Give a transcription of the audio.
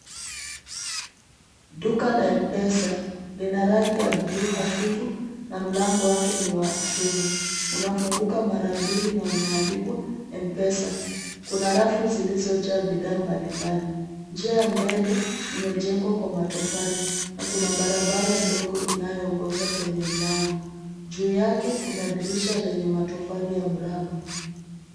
Duka la Mpesa lina rangi ya blue hafifu na mlango wake ni wa chuma unafunguka mara mbili na umeandikwa Mpesa. Kuna rafu zilizojaa bidhaa mbalimbali. Njia mbele imejengwa kwa matofali na kuna barabara ndogo inayoongoza kwenye mlango. Juu yake kuna dirisha lenye matofali ya mraba.